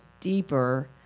deeper